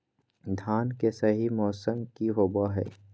धान के सही मौसम की होवय हैय?